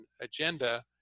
agenda